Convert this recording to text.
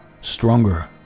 stronger